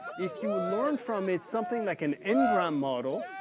if you would learn from it something like an engram model,